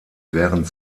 während